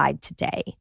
today